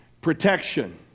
protection